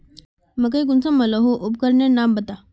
मकई कुंसम मलोहो उपकरनेर नाम बता?